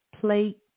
plate